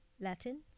Latin